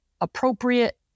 appropriate